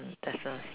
there's a